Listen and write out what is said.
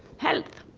health.